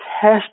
test